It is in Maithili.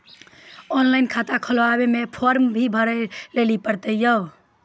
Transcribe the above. ऑनलाइन खाता खोलवे मे फोर्म भी भरे लेली पड़त यो?